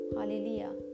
Hallelujah